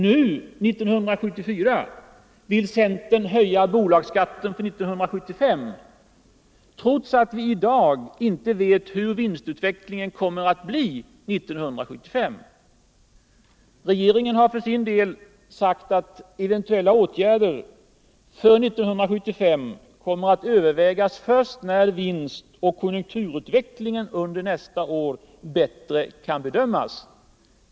Nu, 1974, vill centern höja bolagsskatten för 1975, trots att vi i dag inte vet hur vinstutvecklingen kommer att bli 1975. Regeringen har för sin del sagt att eventuella åtgärder för 1975 kommer att övervägas först när vinstoch konjunkturutvecklingen under nästa år bättre kan bedömas.